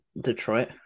Detroit